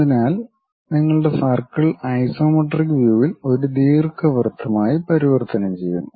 അതിനാൽ നിങ്ങളുടെ circle isometric വ്യൂവിൽ ഒരു ദീർഘവൃത്തമായി പരിവർത്തനം ചെയ്യുന്നു